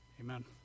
Amen